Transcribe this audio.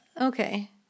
Okay